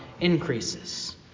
increases